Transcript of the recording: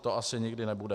To asi nikdy nebude.